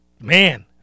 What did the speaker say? Man